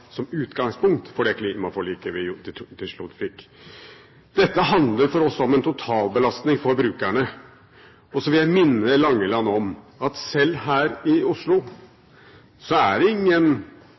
som regjeringen la fram som utgangspunkt for det klimaforliket vi til slutt fikk. Dette handler for oss om en totalbelastning for brukerne. Og så vil jeg minne Langeland om at selv her i Oslo